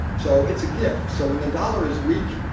so it's a gift. so when the dollar is weak,